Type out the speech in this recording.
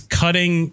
cutting